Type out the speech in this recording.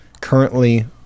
Currently